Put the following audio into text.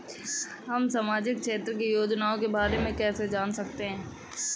हम सामाजिक क्षेत्र की योजनाओं के बारे में कैसे जान सकते हैं?